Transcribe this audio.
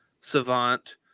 Savant